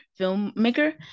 filmmaker